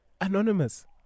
Anonymous